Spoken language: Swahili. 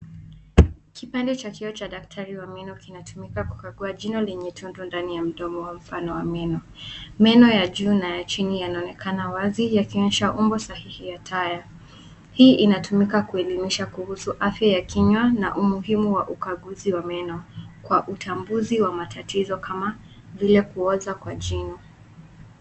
Kipimo cha kioo cha cha daktari wa meno kinatumika kuchunguza jino lililopo ndani ya mdomo. Meno ya chini ya mtoto yanaonekana wazi, yakionyesha umbo sahihi la taya. Hii inatumika kufundisha kuhusu afya ya kinywa na umuhimu wa ukaguzi wa meno kwa utambuzi wa matatizo kama vile kuoza kwa jino.